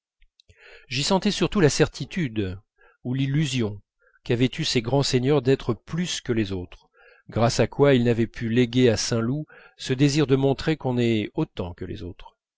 j'y sentais surtout la certitude ou l'illusion qu'avaient eu ces grands seigneurs d'être plus que les autres grâce à quoi ils n'avaient pu léguer à saint loup ce désir de montrer qu'on est autant que les autres